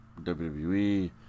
WWE